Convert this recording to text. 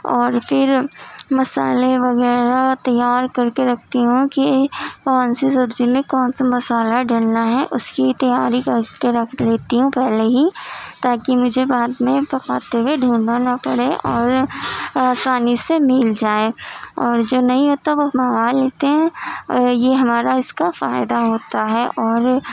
اور پھر مسالے وغیرہ تیار کر کے رکھتی ہوں کہ کون سی سبزی میں کون سا مسالہ ڈلنا ہے اس کی تیاری کر کے رکھ لیتی ہوں پہلے ہی تاکہ مجھے بعد میں پکاتے ہوئے ڈھونڈنا نہ پڑے اور آسانی سے مل جائے اور جو نہیں ہوتا ہے وہ منگا لیتے ہیں یہ ہمارا اس کا فائدہ ہوتا ہے اور